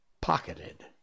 pocketed